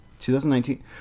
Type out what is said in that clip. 2019